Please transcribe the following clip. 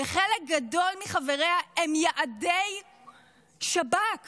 וחלק גדול מחבריה הם יעדי שב"כ,